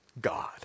God